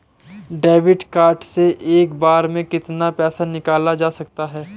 Debit card से एक बार में कितना पैसा निकाला जा सकता है?